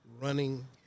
running